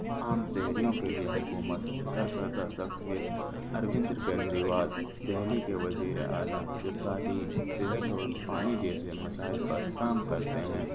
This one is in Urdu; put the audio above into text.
عام شہریوں کے لیے حکومت سرکردہ شخصیت اروند کیجریوال دہلی کے وزیر اعلیٰ جو تعلیم صحت اور پانی جیسے مسائل پر کام کرتے ہیں